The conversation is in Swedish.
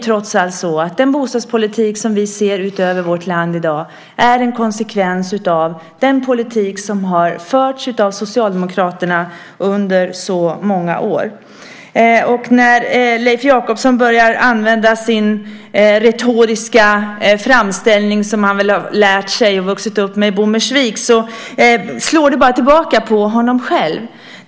Trots allt är den bostadspolitik som vi i dag ser i vårt land en konsekvens av den politik som i så många år har förts av Socialdemokraterna. När Leif Jakobsson börjar använda sin retoriska framställning, som han väl har lärt sig och vuxit upp med på Bommersvik, slår det bara tillbaka mot honom själv.